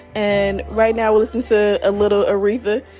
and right now, we're listening to a little aretha.